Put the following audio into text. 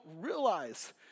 realize